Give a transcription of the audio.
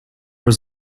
was